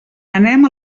anem